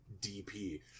DP